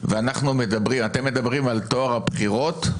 ואתם מדברים על טוהר הבחירות,